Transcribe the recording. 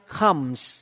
comes